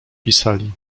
pisali